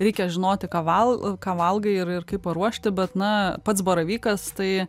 reikia žinoti ką val ką valgai ir ir kaip paruošti bet na pats baravykas tai